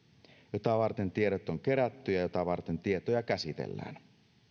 jota varten tiedot on kerätty ja jota varten tietoja käsitellään